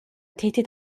tehdit